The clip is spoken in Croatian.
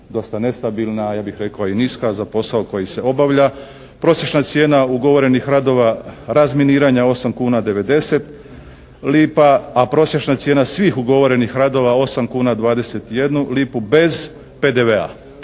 dosta nestabilna. Ja bih rekao i niska za posao koji se obavlja. Prosječna cijena ugovorenih radova, razminiranja 8 kuna 90 lipa, a prosječna cijena svih ugovorenih radova 8 kuna 21 lipu